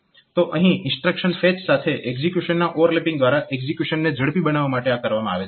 તો અહીં instruction fetch સાથે એક્ઝીક્યુશનના ઓવરલેપીંગ દ્વારા એક્ઝીક્યુશનને ઝડપી બનાવવા માટે આ કરવામાં આવે છે